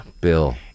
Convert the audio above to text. Bill